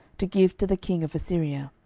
to give to the king of assyria.